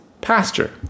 pasture